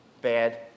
bad